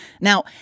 Now